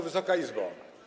Wysoka Izbo!